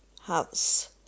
house